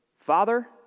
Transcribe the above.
Father